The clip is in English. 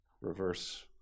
reverse